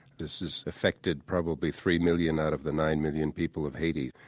this has affected probably three million out of the nine million people of haiti.